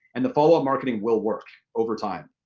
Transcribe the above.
and the follow-up marketing will work overtime.